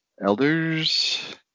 elders